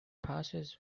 passes